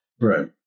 Right